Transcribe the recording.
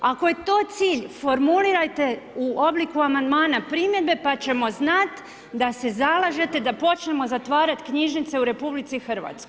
Ako je to cilj, formulirajte u obliku amandmana primjedbe pa ćemo znat da se zalažete da počnemo zatvarat knjižnice u RH.